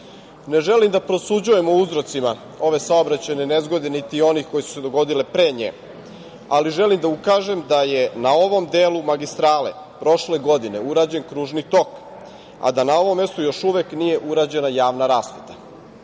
želim da prosuđujem o uzrocima ove saobraćajne nezgode, niti onih koje su se dogodile pre nje, ali želim da ukažem da je na ovom delu magistrale prošle godine urađen kružni tok, a da na ovom mestu još uvek nije urađena javna rasveta. Ovom